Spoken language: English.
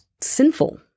sinful